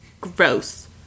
Gross